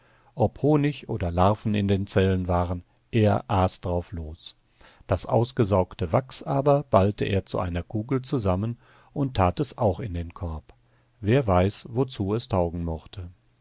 ob honig oder larven in den zellen waren er aß darauf los das ausgesaugte wachs aber ballte er zu einer kugel zusammen und tat es auch in den korb wer weiß wozu es taugen mochte